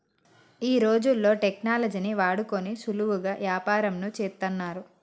ఈ రోజుల్లో టెక్నాలజీని వాడుకొని సులువుగా యాపారంను చేత్తన్నారు